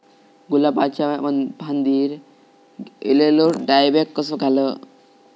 गुलाबाच्या फांदिर एलेलो डायबॅक कसो घालवं?